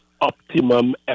optimum